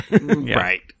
Right